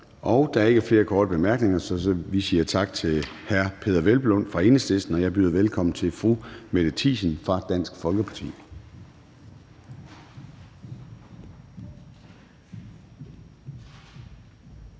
Der er ikke flere korte bemærkninger, så vi siger tak til hr. Peder Hvelplund fra Enhedslisten. Jeg byder velkommen til fru Mette Thiesen fra Dansk Folkeparti.